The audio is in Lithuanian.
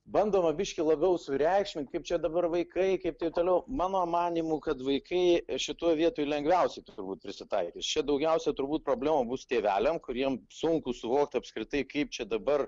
bandoma biški labiau sureikšmint kaip čia dabar vaikai kaip tai toliau mano manymu kad vaikai šitoj vietoj lengviausiai turbūt prisitaikys čia daugiausia turbūt problema bus tėveliam kuriem sunku suvokt apskritai kaip čia dabar